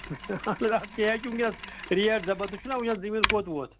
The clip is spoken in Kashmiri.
اَدٕ کیاہ حظ چھِ وُنکیٚس ریٹ زَبردست تُہۍ چھِو نا وُچھان زٔمیٖن کوٚت ووٚت